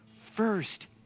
First